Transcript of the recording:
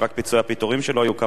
פיצויי הפיטורים שלו היו כמה מיליונים,